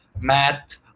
math